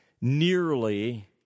nearly